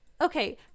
okay